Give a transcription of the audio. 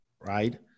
right